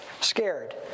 Scared